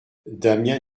damiens